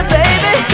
baby